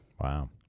Wow